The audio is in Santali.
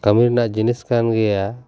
ᱠᱟᱹᱢᱤ ᱨᱮᱱᱟᱜ ᱡᱤᱱᱤᱥ ᱠᱟᱱ ᱜᱮᱭᱟ